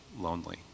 lonely